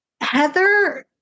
Heather